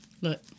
Look